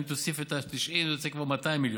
אם תוסיף את ה-90 זה יוצא כבר 200 מיליון.